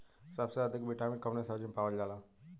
सबसे अधिक विटामिन कवने सब्जी में पावल जाला?